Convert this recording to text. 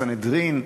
סנהדרין,